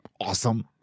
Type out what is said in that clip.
Awesome